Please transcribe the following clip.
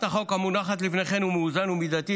החוק המונחת לפניכם הוא מאוזן ומידתי.